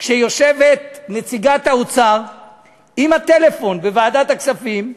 כשיושבת נציגת האוצר עם הטלפון, בוועדת הכספים,